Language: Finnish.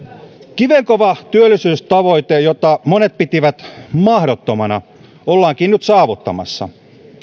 kivenkova työllisyystavoite jota monet pitivät mahdottomana ollaankin nyt saavuttamassa